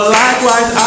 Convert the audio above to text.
likewise